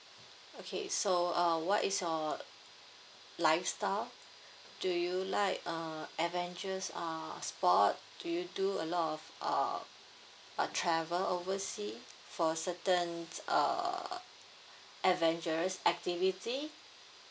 okay so uh what is your lifestyle do you like uh adventures uh sport do you do a lot of uh a travel oversea for certain err adventurous activity